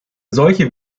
solche